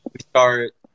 start